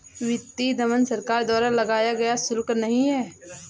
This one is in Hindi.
वित्तीय दमन सरकार द्वारा लगाया गया शुल्क नहीं है